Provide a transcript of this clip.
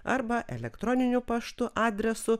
arba elektroniniu paštu adresu